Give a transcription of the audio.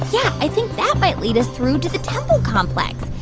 yeah. i think that might lead us through to the temple complex.